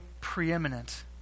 preeminent